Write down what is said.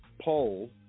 poll